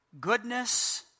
Goodness